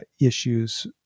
issues